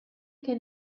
che